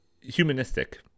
humanistic